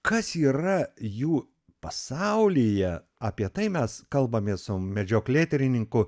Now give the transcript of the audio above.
kas yra jų pasaulyje apie tai mes kalbamės su medžioklėtyrininku